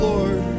Lord